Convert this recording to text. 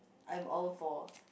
I'm all for